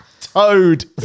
Toad